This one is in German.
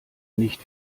nicht